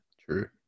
true